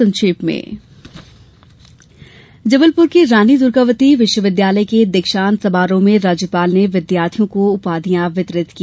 संक्षिप्त समाचार जबलपुर के रानी दुर्गावती विश्वविद्यालय के दीक्षान्त समारोह में राज्यपाल ने विद्यार्थियों को उपाधियां वितरित की